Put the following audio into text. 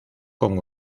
con